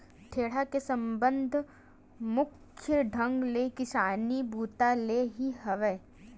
टेंड़ा के संबंध मुख्य ढंग ले किसानी बूता ले ही हवय